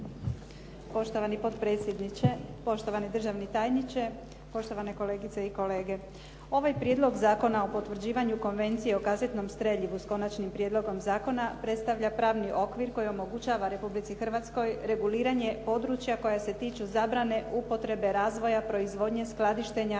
Poštovani potpredsjedniče, poštovani državni tajniče, poštovani kolegice i kolege. Ovaj Prijedlog Zakona o potvrđivanju Konvencije o kazetnom streljivu s Konačnim prijedlogom Zakona, predstavlja pravni okvir koji omogućava Republici Hrvatskoj reguliranje područja koja se tiču zabrane, upotrebe, razvoja, proizvodnje, skladištenja